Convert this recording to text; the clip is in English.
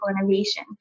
innovation